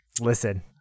Listen